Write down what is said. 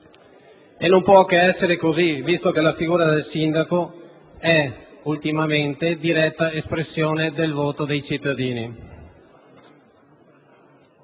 Non può che essere così, visto che la figura del sindaco ultimamente è diretta espressione del voto dei cittadini.